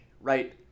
right